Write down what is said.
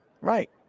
Right